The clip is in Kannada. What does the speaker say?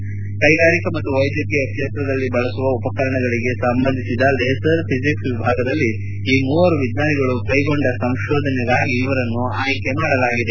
ಕ್ಷೆಗಾರಿಕಾ ಮತ್ತು ವೈದ್ಯಕೀಯ ಕ್ಷೇತ್ರದಲ್ಲಿ ಬಳಸುವ ಉಪಕರಣಗಳಿಗೆ ಸಂಬಂಧಿಸಿದ ಲೇಸರ್ ಫಿಜಿಕ್ಸ್ ವಿಭಾಗದಲ್ಲಿ ಈ ಮೂವರು ವಿಜ್ಞಾನಿಗಳು ಕೈಗೊಂಡ ಸಂಶೋಧನೆಗಾಗಿ ಇವರನ್ನು ಆಯ್ಕೆ ಮಾಡಲಾಗಿದೆ